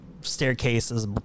staircases